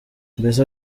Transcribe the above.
mbese